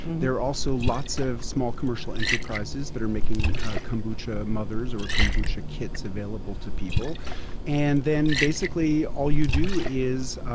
there are also lots of small commercial enterprises that are making kombucha mothers or kombucha kits available to people and then basically all you do is